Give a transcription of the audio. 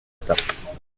étape